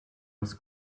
was